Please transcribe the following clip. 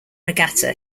regatta